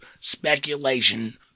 speculation